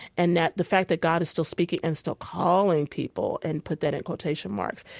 and that the fact that god is still speaking and still calling people, and put that in quotation marks,